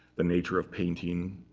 the nature of painting.